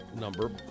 number